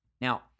Now